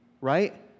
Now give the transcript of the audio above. right